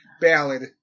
ballad